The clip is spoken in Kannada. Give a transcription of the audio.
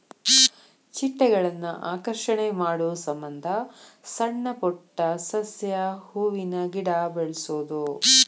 ಚಿಟ್ಟೆಗಳನ್ನ ಆಕರ್ಷಣೆ ಮಾಡುಸಮಂದ ಸಣ್ಣ ಪುಟ್ಟ ಸಸ್ಯ, ಹೂವಿನ ಗಿಡಾ ಬೆಳಸುದು